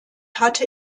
hatte